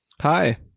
Hi